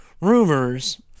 rumors